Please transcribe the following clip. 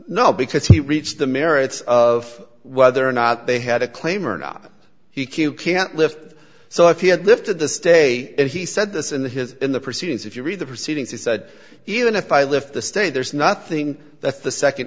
no because he reached the merits of whether or not they had a claim or not he q can't lift so if he had lifted the stay and he said this in the his in the proceedings if you read the proceedings he said even if i lift the stay there's nothing that's the